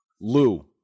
Lou